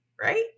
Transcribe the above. right